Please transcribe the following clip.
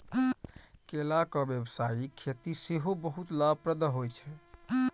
केलाक व्यावसायिक खेती सेहो बहुत लाभप्रद होइ छै